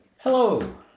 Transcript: Hello